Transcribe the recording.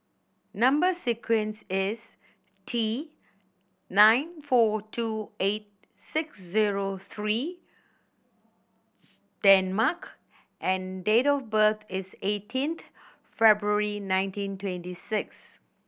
number sequence is T nine four two eight six zero three Danmark and date of birth is eighteenth February nineteen twenty six